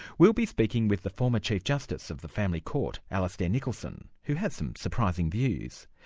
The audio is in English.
we'll be speaking with the former chief justice of the family court, alastair nicholson, who has some surprising views.